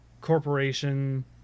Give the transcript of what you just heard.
corporation